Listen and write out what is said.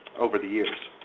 over the years.